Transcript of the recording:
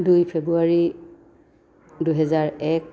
দুই ফেব্ৰুৱাৰী দুহেজাৰ এক